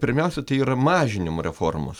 pirmiausia tai yra mažinimo reformos